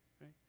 Right